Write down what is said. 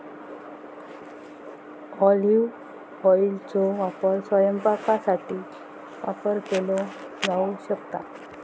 olive ऑइलचो वापर स्वयंपाकासाठी वापर केलो जाऊ शकता